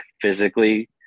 physically